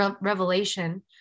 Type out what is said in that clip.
revelation